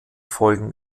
folgen